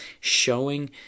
showing